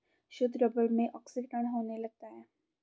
शुद्ध रबर में ऑक्सीकरण होने लगता है